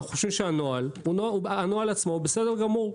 אנחנו חושבים שהנוהל עצמו הוא בסדר גמור.